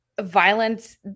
violence